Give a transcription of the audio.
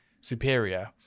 superior